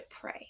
pray